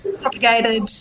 Propagated